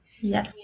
Yes